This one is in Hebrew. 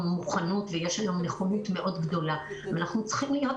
אנחנו אמורים להיות